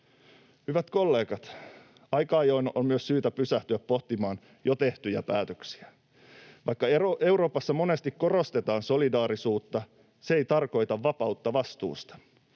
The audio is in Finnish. Hyvät kollegat, aika ajoin on syytä myös pysähtyä pohtimaan jo tehtyjä päätöksiä. Vaikka Euroopassa monesti korostetaan solidaarisuutta, se ei tarkoita vapautta vastuusta.